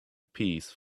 piece